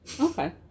okay